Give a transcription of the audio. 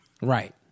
Right